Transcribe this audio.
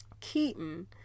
Keaton